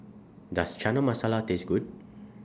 Does Chana Masala Taste Good